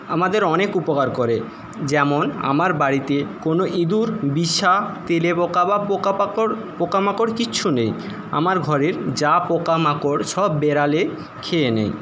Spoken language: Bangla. আমাদের অনেক উপকার করে যেমন আমার বাড়িতে কোন ইঁদুর বিছে তেলাপোকা বা পোকাপাকড় পোকামাকড় কিচ্ছু নেই আমার ঘরের যা পোকামাকড় সব বিড়ালে খেয়ে নেয়